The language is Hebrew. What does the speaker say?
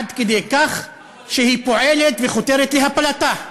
עד כדי כך שהיא פועלת וחותרת להפלתה.